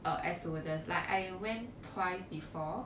uh air stewardess like I went twice before